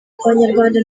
abanyarwanda